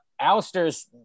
alistair's